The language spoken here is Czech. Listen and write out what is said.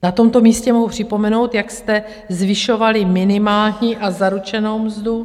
Na tomto místě mohu připomenout, jak jste zvyšovali minimální a zaručenou mzdu.